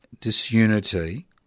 disunity